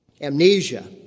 Amnesia